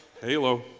halo